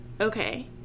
okay